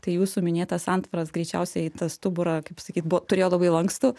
tai jūsų minėtas santvaras greičiausiai tą stuburą kaip sakyt buvo turėjo labai lankstų